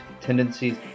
tendencies